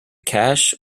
cash